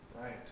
Right